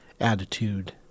attitude